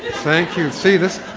thank you. see, this.